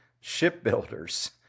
shipbuilders